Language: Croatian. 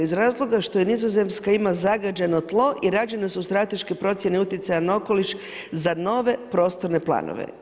Iz razloga što Nizozemska ima zagađeno tlo i rađene su strateške procjene utjecaja na okoliš za nove prostorne planove.